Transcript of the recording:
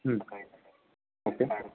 okay